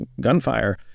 gunfire